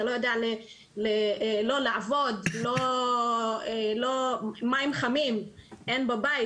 אתה לא יודע לא לעבוד, מים חמים אין בבית.